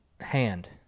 hand